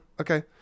okay